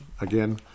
again